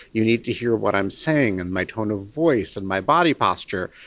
you need to hear what i'm saying and my tone of voice and my body posture.